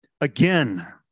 again